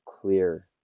clear